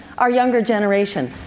our younger generation.